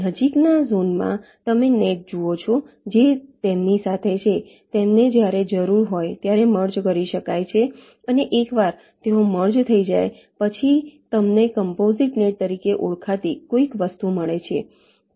નજીક ના ઝોનમાં તમે નેટ જુઓ છો જે તેમની સાથે છે તેમને જ્યારે જરૂર હોય ત્યારે મર્જ કરી શકાય છે અને એકવાર તેઓ મર્જ થઈ જાય પછી તમને કમ્પોઝિટ નેટ તરીકે ઓળખાતી કોઈક વસ્તુ મળે છે